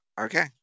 Okay